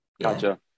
gotcha